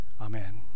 Amen